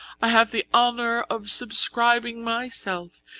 i have the honour of subscribing myself,